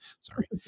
Sorry